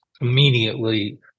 immediately